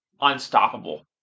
unstoppable